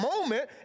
moment